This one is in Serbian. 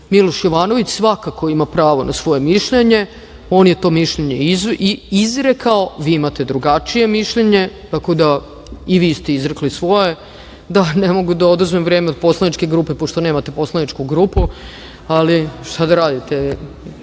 Miloš Jovanović svakako ima pravo na svoje mišljenje, on je to mišljenje izrekao, vi imate drugačije mišljenje, tako da, i vi ste izrekli svoje. Ne mogu da oduzmem vreme od poslaničke grupe, pošto nemate poslaničku grupu, ali šta da radite,